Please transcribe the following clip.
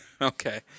Okay